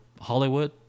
Hollywood